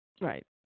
Right